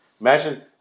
Imagine